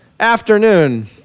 Afternoon